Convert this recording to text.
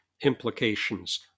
implications